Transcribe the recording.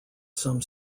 some